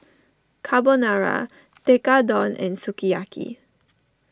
Carbonara Tekkadon and Sukiyaki